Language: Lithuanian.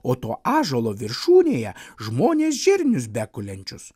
o to ąžuolo viršūnėje žmonės žirnius bekulenčius